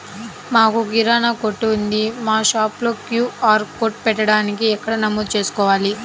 మాకు కిరాణా కొట్టు ఉంది మా షాప్లో క్యూ.ఆర్ కోడ్ పెట్టడానికి ఎక్కడ నమోదు చేసుకోవాలీ?